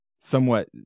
somewhat